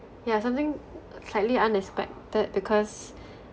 yeah something slightly unexpected because